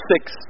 six